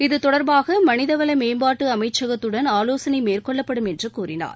இதுதொடர்பாக மனிதவள மேம்பாட்டு அமைச்சகத்துடன் ஆவோசனை மேற்கொள்ளப்படும் என்று கூறினார்